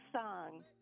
song